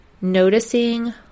noticing